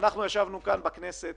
ישבנו כאן בכנסת